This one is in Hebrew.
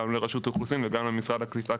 גם לרשות האוכלוסין וגם למשרד הקליטה,